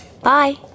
Bye